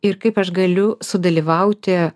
ir kaip aš galiu sudalyvauti